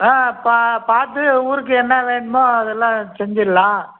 ஆ பா பார்த்து ஊருக்கு என்ன வேணுமோ அதெல்லாம் செஞ்சிடலாம்